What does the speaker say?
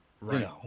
Right